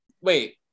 Wait